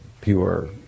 pure